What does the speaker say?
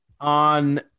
on